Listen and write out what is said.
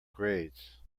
grades